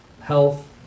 health